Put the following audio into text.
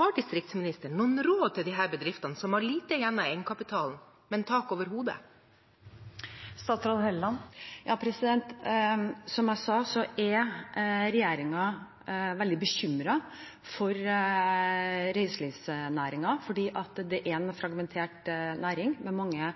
Har distriktsministeren noen råd til disse bedriftene som har lite igjen av egenkapitalen, men tak over hodet? Som jeg sa: Regjeringen er veldig bekymret for reiselivsnæringen, for det er en